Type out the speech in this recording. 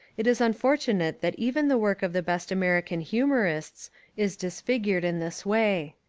it is unfortunate that even the work of the best american humorists is dis figured in this way.